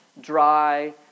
dry